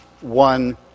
one